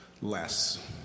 less